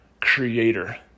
creator